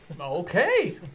okay